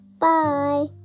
bye